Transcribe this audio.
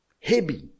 heavy